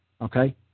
okay